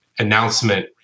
Announcement